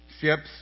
ships